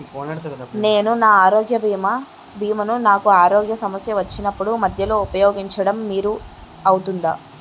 నేను నా ఆరోగ్య భీమా ను నాకు ఆరోగ్య సమస్య వచ్చినప్పుడు మధ్యలో ఉపయోగించడం వీలు అవుతుందా?